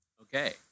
Okay